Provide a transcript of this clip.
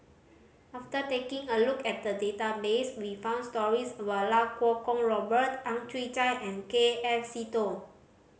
after taking a look at the database we found stories about Iau Kuo Kwong Robert Ang Chwee Chai and K F Seetoh